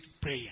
prayer